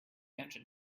engine